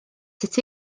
sut